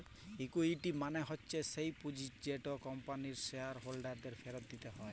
equity মালে হচ্যে স্যেই পুঁজিট যেট কম্পানির শেয়ার হোল্ডারদের ফিরত দিতে হ্যয়